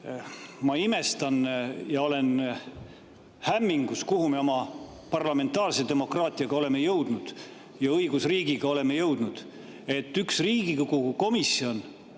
Ma imestan ja olen hämmingus, kuhu me oma parlamentaarse demokraatiaga ja õigusriigiga oleme jõudnud, kui üks Riigikogu komisjon